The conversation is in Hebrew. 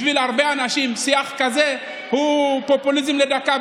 בשביל הרבה אנשים שיח כזה הוא פופוליזם לדקה,